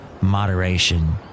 Moderation